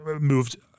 moved